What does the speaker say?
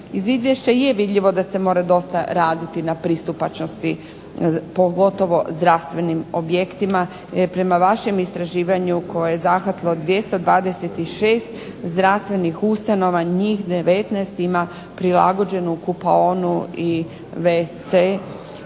Iz izvješća je vidljivo da se mora dosta raditi na pristupačnosti, pogotovo zdravstvenim objektima. Prema vašem istraživanju koje je zahvatilo 226 zdravstvenih ustanova njih 19 ima prilagođenu kupaonu i wc